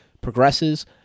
progresses